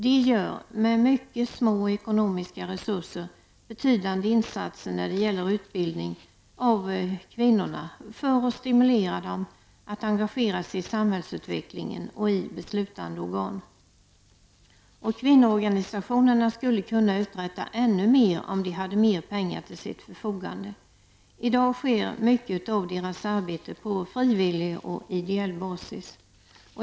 De gör, med mycket små ekonomiska resurser, betydande insatser när det gäller utbildning av kvinnorna för att stimulera dem att engagera sig i samhällsutvecklingen och i beslutande organ. Kvinnoorganisationerna skulle kunna uträtta ännu mer om de hade mer pengar till sitt förfogande. I dag sker mycket av deras arbete på frivillig och ideell basis.